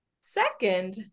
Second